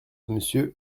monsieur